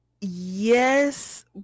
yes